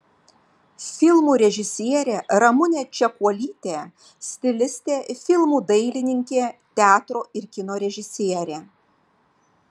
filmo režisierė ramunė čekuolytė stilistė filmų dailininkė teatro ir kino režisierė